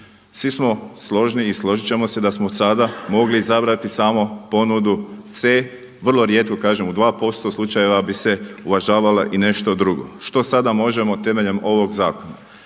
Svi smo složni i složit ćemo se da smo sada mogli izabrati samo ponudu C. Vrlo rijetko kažem u 2% slučajeva bi se uvažavalo i nešto drugo. Što sada možemo temeljem ovog zakona?